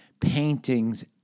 paintings